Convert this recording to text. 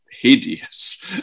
hideous